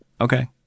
Okay